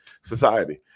society